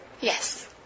Yes